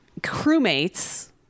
crewmates